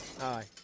Hi